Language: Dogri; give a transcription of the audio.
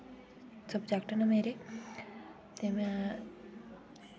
सब्जेक्ट न मेरे ते में